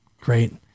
Great